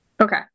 Okay